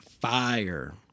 fire